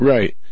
Right